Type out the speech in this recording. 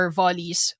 volleys